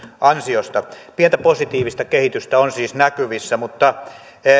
ansiosta pientä positiivista kehitystä on siis näkyvissä mutta